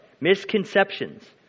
Misconceptions